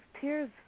tears